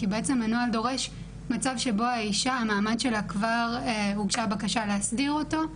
כי הנוהל דורש מצב שבו האישה המעמד שלה כבר הוגשה בקשה להסדיר אותו,